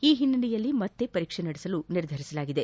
ಈ ಹಿನ್ನೆಲೆಯಲ್ಲಿ ಮತ್ತೆ ಪರೀಕ್ಷೆ ನಡೆಸಲು ನಿರ್ಧರಿಸಲಾಗಿದೆ